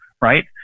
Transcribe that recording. right